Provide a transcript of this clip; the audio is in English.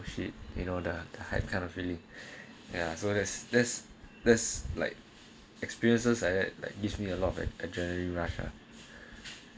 shit you know the the hive kind of really ya so there's there's there's like experiences like that like give me a lot of it urgently rush ah